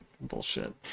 bullshit